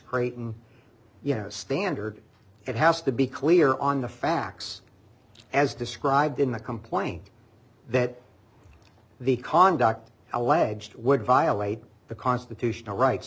creighton you know standard it has to be clear on the facts as described in the complaint that the conduct alleged would violate the constitutional right